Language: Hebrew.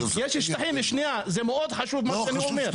זה מאוד חשוב.